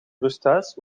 rusthuis